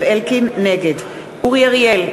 נגד אורי אריאל,